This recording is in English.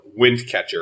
Windcatcher